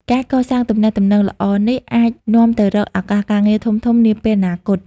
ការកសាងទំនាក់ទំនងល្អនេះអាចនាំទៅរកឱកាសការងារធំៗនាពេលអនាគត។